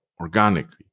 organically